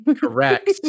correct